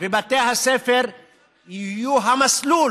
ובתי הספר יהיו המסלול